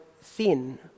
thin